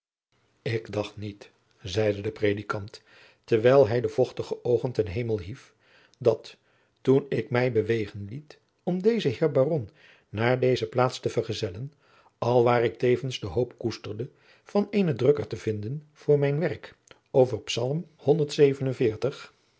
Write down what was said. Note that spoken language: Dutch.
ik dacht niet zeide de predikant terwijl hij de vochtige oogen ten hemel hief dat toen ik mij bewegen liet om den heer baron naar deze plaats te vergezellen alwaar ik tevens de hoop koesterde van eenen drukker te vinden voor mijn werk over psalm